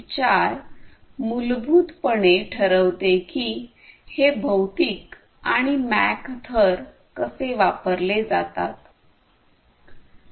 4 मूलभूत पणे ठरवते की हे भौतिक आणि मॅक थर कसे वापरले जातात